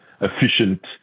efficient